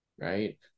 right